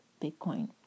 Bitcoin